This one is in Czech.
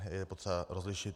Je potřeba rozlišit.